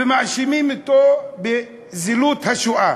ומאשימים אותו בזילות השואה.